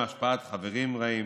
ואם מהשפעת חברים רעים,